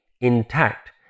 intact